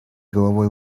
головой